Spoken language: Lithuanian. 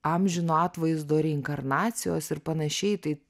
amžino atvaizdo reinkarnacijos ir panašiai tai